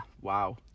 Wow